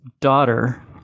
daughter